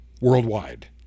worldwide